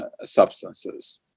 substances